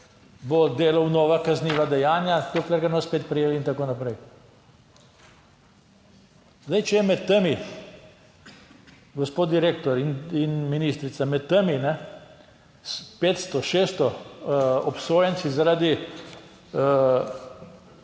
bo delal nova kazniva dejanja, dokler ga ne bomo spet prijeli in tako naprej. Zdaj, če je med temi gospod direktor in ministrica, med temi 500, 600 obsojenci, zaradi